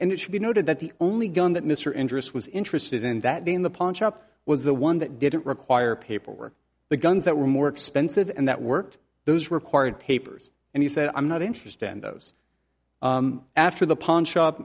and it should be noted that the only gun that mr andrews was interested in that day in the punch up was the one that didn't require paperwork the guns that were more expensive and that worked those required papers and he said i'm not interested in those after the pawn shop